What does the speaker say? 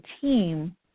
team